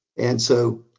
and so,